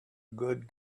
good